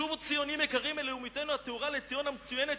שובו ציונים יקרים אל לאומיותנו הטהורה לציון המצוינת.